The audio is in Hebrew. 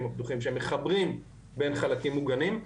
הפתוחים שמחברים בין חלקים מוגנים.